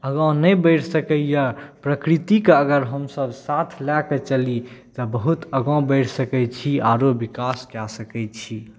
आगाँ नहि बढ़ि सकैए प्रकृतिके अगर हमसब साथ लऽ कऽ चली तऽ बहुत आगाँ बढ़ि सकै छी आओर विकास कऽ सकै छी